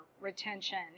retention